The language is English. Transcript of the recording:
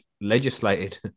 legislated